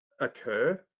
occur